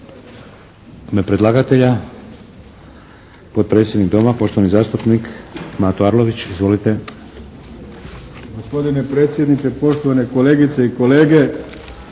ime predlagatelja podpredsjednik Doma poštovani zastupnik Mato Arlović. Izvolite. **Arlović, Mato (SDP)** Gospodine predsjedniče, poštovane kolegice i kolege.